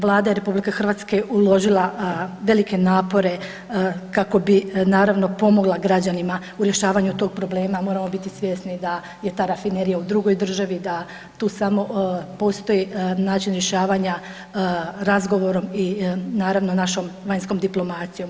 Vlada RH je uložila velike napore kako bi naravno pomogla građanima u rješavanju tog problema, moramo biti svjesni da je ta rafinerija u drugoj državi, da tu samo postoji način rješavanja razgovorom i naravno našom vanjskom diplomacijom.